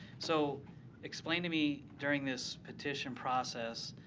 so explain to me during this petition process,